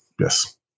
yes